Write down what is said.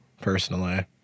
personally